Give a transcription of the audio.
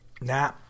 Nah